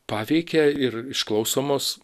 paveikia ir išklausomos